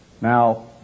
Now